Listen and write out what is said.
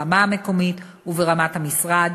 ברמה המקומית וברמת המשרד,